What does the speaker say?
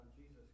Jesus